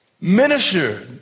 Minister